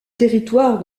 territoire